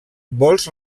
vols